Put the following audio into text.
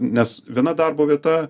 nes viena darbo vieta